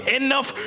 enough